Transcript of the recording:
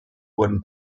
wurden